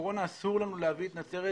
אסור לנו להביא את נצרת